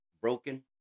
broken